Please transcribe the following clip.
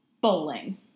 bowling